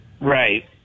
Right